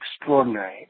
extraordinary